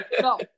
no